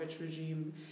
regime